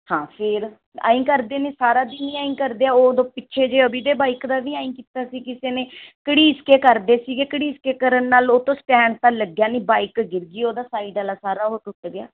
ਹਾਂ ਫਿਰ ਐਂ ਹੀ ਕਰਦੇ ਨੇ ਸਾਰਾ ਦਿਨ ਹੀ ਐਂ ਹੀ ਕਰਦੇ ਹੈ ਉਹ ਉਦੋਂ ਪਿੱਛੇ ਜੇ ਅਭੀ ਦੇ ਬਾਈਕ ਦਾ ਵੀ ਐਂ ਹੀ ਕੀਤਾ ਸੀ ਕਿਸੇ ਨੇ ਘੜੀਸ ਕੇ ਕਰਦੇ ਸੀਗੇ ਘੜੀਸ ਕੇ ਕਰਨ ਨਾਲ ਉਹ ਤੋਂ ਸਟੈਂਡ ਤਾਂ ਲੱਗਿਆ ਨਹੀਂ ਬਾਈਕ ਗਿਰ ਗਈ ਉਹਦਾ ਸਾਈਡ ਵਾਲਾ ਸਾਰਾ ਉਹ ਟੁੱਟ ਗਿਆ